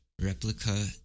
Replica